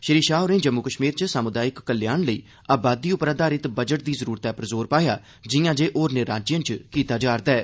श्री शाह होरें जम्मू कश्मीर च सामुदायिक कल्याण लेई आबादी पर आधारित बजट दी जरूरतै पर जोर पाया जिआं जे होरनें राज्यें च कीता जा'रदा ऐ